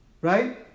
Right